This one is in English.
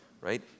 right